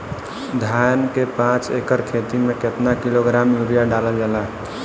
धान के पाँच एकड़ खेती में केतना किलोग्राम यूरिया डालल जाला?